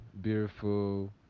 beautiful